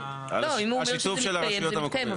השיתוף של הרשויות המקומיות.